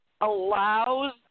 allows